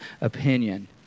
opinion